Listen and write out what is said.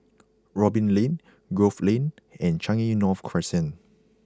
Robin Lane Grove Lane and Changi North Crescent